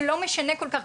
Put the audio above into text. זה לא משנה כל כך,